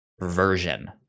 version